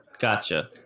Gotcha